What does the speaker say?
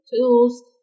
tools